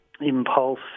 impulse